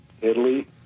Italy